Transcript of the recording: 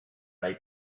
they